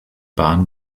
bahn